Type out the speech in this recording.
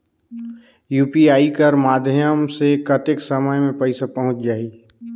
UPI कर माध्यम से कतेक समय मे पइसा पहुंच जाहि?